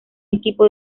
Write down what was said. equipo